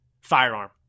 firearm